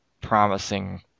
promising